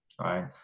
right